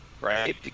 right